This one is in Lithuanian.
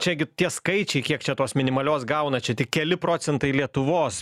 čia gi tie skaičiai kiek čia tos minimalios gauna čia tik keli procentai lietuvos